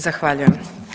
Zahvaljujem.